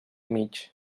mig